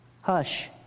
hush